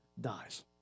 dies